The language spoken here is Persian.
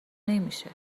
نمیشه